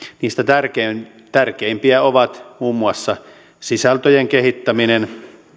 niistä tärkeimpiä ovat muun muassa sisältöjen kehittäminen